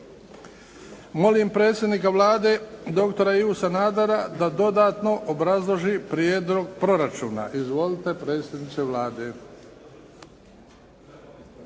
Molim predsjednika Vlade doktora Ivu Sanadera da dodatno obrazloži prijedlog proračuna. Izvolite, predsjedniče Vlade.